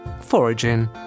Foraging